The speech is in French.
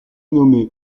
nommé